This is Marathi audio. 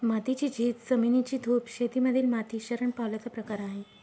मातीची झीज, जमिनीची धूप शेती मधील माती शरण पावल्याचा प्रकार आहे